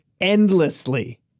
endlessly